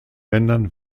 ländern